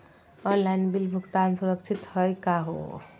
Online bill भुगतान सुरक्षित हई का हो?